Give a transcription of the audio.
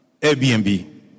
Airbnb